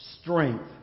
Strength